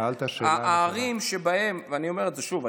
שאלת שאלה, אני אומר שוב.